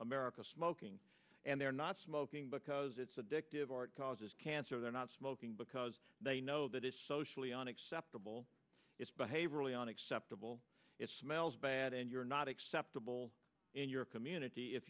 america smoking and they're not smoking because it's addictive or it causes cancer they're not smoking because they know that it's socially unacceptable behavior leon acceptable it smells bad and you're not acceptable in your community if